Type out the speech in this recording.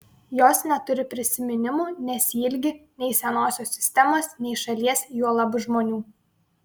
jos neturi prisiminimų nesiilgi nei senosios sistemos nei šalies juolab žmonių